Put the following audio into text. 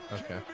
Okay